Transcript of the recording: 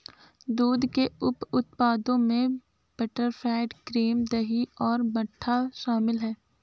दूध के उप उत्पादों में बटरफैट, क्रीम, दही और मट्ठा शामिल हैं